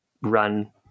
run